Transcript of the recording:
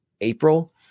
April